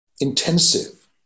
intensive